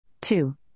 two